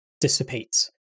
dissipates